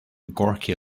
gorky